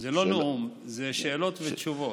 זה לא נאום, זה שאלות ותשובות.